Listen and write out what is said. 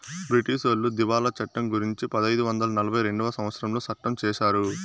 బ్రిటీసోళ్లు దివాళా చట్టం గురుంచి పదైదు వందల నలభై రెండవ సంవచ్చరంలో సట్టం చేశారు